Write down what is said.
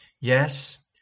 Yes